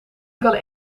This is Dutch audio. kan